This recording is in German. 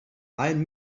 allen